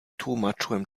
tłumaczyłam